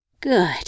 Good